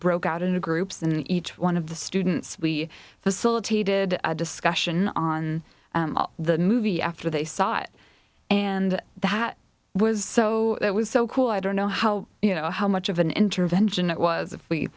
broke out into groups and each one of the students we facilitated a discussion on the movie after they saw it and that was so it was so cool i don't know how you know how much of an intervention it was if we